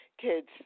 kids